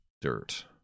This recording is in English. dirt